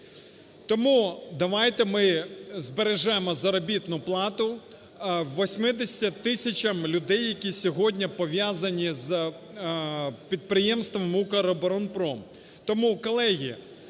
Тому давайте ми збережемо заробітну плату 80 тисячам людей, які сьогодні пов'язані з підприємством "Укроборонпром".